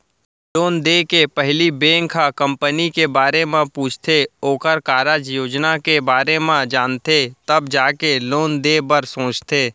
loan देय के पहिली बेंक ह कंपनी के बारे म पूछथे ओखर कारज योजना के बारे म जानथे तब जाके लोन देय बर सोचथे